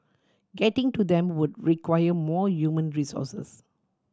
getting to them would require more resources